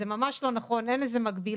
זה ממש לא נכון, אין לזה מקבילה,